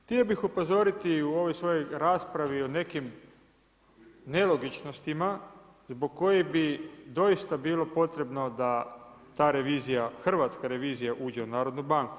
Htio bih upozoriti u ovoj svojoj raspravi o nekim nelogičnostima zbog kojih bi doista bilo potrebno da ta hrvatska revizija uđe u Narodnu banku.